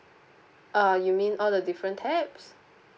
uh you mean all the different types